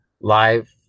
live